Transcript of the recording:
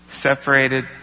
separated